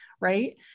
Right